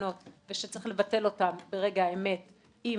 שמותקנות ושצריך לבטל אותן ברגע האמת אם